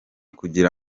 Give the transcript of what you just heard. kugira